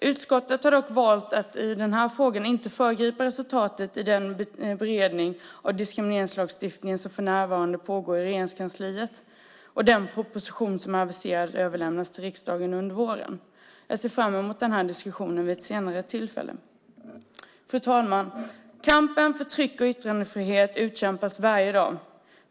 Utskottet har dock valt att i den här frågan inte föregripa resultatet av den beredning av diskrimineringslagstiftningen som för närvarande pågår i Regeringskansliet och den aviserade proposition som ska överlämnas till riksdagen under våren. Jag ser fram emot diskussionen vid ett senare tillfälle. Fru talman! Kampen för tryck och yttrandefrihet utkämpas varje dag.